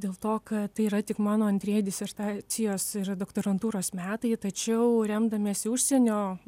dėl to kad tai yra tik mano antrieji disertacijos ir doktorantūros metai tačiau remdamiesi užsienio